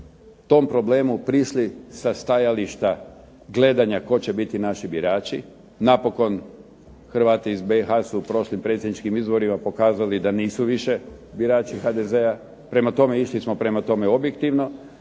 tom problemu prišli sa stajališta gledanja tko će biti naši birači. Napokon Hrvati iz BiH su u prošlim predsjedničkim izborima pokazali da nisu više birači HDZ-a. prema tome, išli smo prema tome objektivno.